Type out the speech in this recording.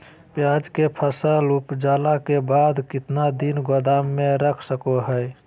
प्याज के फसल उपजला के बाद कितना दिन गोदाम में रख सको हय?